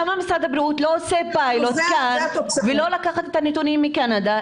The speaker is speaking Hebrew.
אז למה משרד הבריאות לא עושה פיילוט כאן ולא לקחת את הנתונים מקנדה?